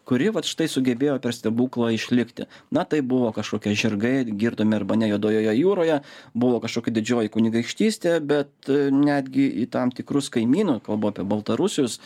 kuri vat štai sugebėjo per stebuklą išlikti na tai buvo kažkokia žirgai girdomi arba ne juodojoje jūroje buvo kažkokia didžioji kunigaikštystė bet netgi į tam tikrus kaimynų kalbu apie baltarusius